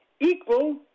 equal